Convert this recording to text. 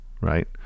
right